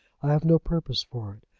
i have no purpose for it.